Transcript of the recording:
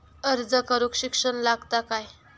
अर्ज करूक शिक्षण लागता काय?